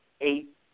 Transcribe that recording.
eight –